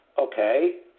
Okay